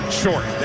short